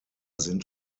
sind